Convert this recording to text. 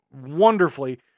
wonderfully